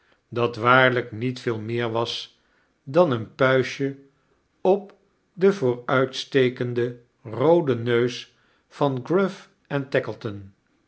dat waarlijk niet veel meer was dan een puistje op den vooruitstekenden rooden neus van